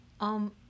Um